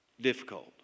difficult